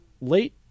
late